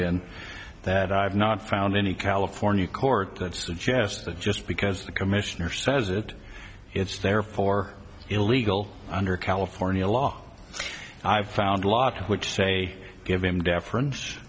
in that i've not found any california court that suggests that just because the commissioner says it it's there for illegal under california law i found a law to which say give him deference